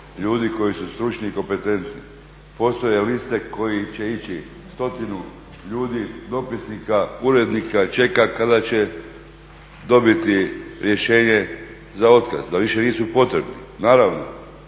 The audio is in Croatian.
ljudi koji su stručni i kompetentni, postoje liste kojima će ići stotinu ljudi dopisnika, urednika, čekaju kada će dobiti rješenje za otkaz, da više nisu potrebni. Naravno,